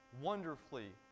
wonderfully